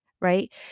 right